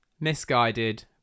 Misguided